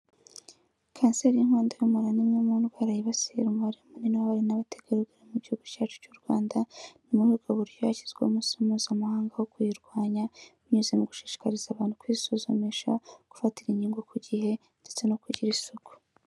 Kanseri y'inkondo y'umura ni imwe mu ndwara yibasi umubare munini w'abari n'abategarugori mu gihugu cyacu cy'u Rwanda, ni muri ubwo buryo hashyizweho umunsi mpuzamahanga wo kuyirwanya, binyuze mu gushishikariza abantu kwisuzumisha, gufatira inkingo ku gihe, ndetse no kugira isuku.